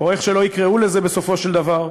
או איך שלא יקראו לזה בסופו של דבר.